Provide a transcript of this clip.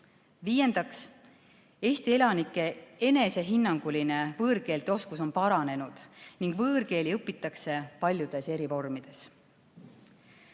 Viiendaks, Eesti elanike enesehinnanguline võõrkeeleoskus on paranenud ning võõrkeeli õpitakse paljudes eri vormides.